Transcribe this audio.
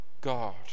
God